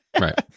Right